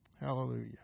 Hallelujah